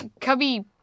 cubby